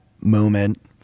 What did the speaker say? moment